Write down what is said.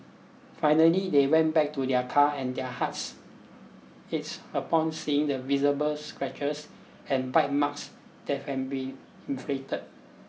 finally they went back to their car and their hearts it's upon seeing the visible scratches and bite marks that had been inflicted